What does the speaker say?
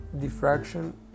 diffraction